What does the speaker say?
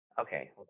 Okay